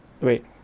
wait